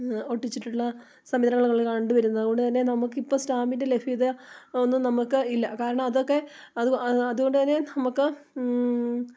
ഒട്ടിച്ചിട്ടുള്ള സംവിധാനങ്ങൾ നമ്മൾ കണ്ടുവരുന്നത് അതുകൊണ്ടുതന്നെ നമുക്കിപ്പോൾ സ്റ്റാമ്പിൻ്റെ ലഭ്യത ഒന്നും നമുക്ക് ഇല്ല കാരണം അതൊക്കെ അത് അത് അതുകൊണ്ടുതന്നെ നമുക്ക്